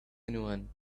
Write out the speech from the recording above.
anyone